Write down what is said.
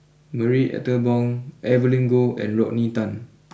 Marie Ethel Bong Evelyn Goh and Rodney Tan